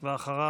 אחריו,